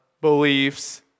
beliefs